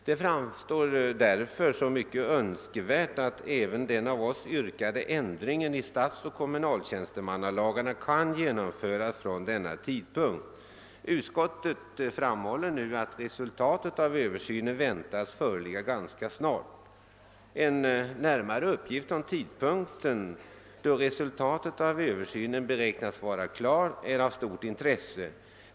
Det framstår därför som mycket önskvärt att även den av oss yrkade ändringen i statsoch kommunaltjänstemannalagarna kan genomföras att gälla från samma tidpunkt. Utskottet framhåller nu att resultatet av översynen väntas föreligga >ganska snart>. En närmare uppgift om tidpunkten då resultatet av översynen beräknas vara klart är av stort intresse.